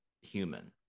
human